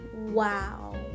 Wow